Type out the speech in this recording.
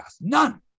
None